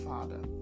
Father